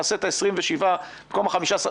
נעשה את זה ל-27 במקום ל-15.